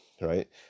right